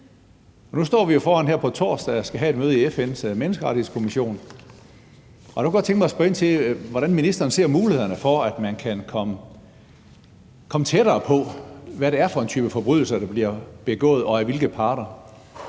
Nu står vi jo foran her på torsdag at skulle have et møde i FN's Menneskerettighedskommission, og jeg kunne godt tænke mig at spørge ind til, hvordan ministeren ser mulighederne for, at man kan komme tættere på, hvad det er for en type forbrydelser, der bliver begået, og af hvilke parter.